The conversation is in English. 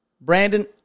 Brandon